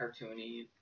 Cartoony